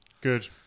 Good